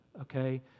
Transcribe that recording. okay